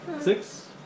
Six